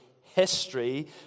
history